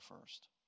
first